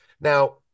Now